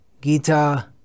Gita